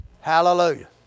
Hallelujah